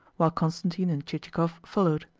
while constantine and chichikov followed.